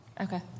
okay